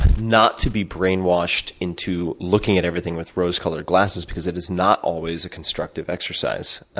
not to be brainwashed into looking at everything with rose-colored glasses, because it is not always a constructive exercise.